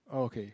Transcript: okay